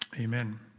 Amen